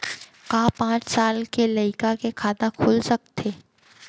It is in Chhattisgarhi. का पाँच साल के लइका के खाता खुल सकथे?